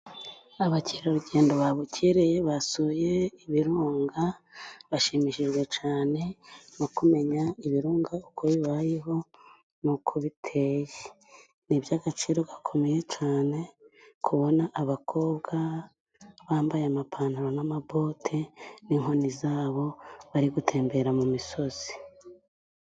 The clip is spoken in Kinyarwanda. Abakerarugendo babukereye basuye ibirunga bashimishijwe cyane no kumenya ibirunga uko bibayeho n'uko biteye. Ni iby'agaciro gakomeye cyane kubona abakobwa bambaye amapantaro n'amabote n'inkoni zabo bari gutembera mu misozi.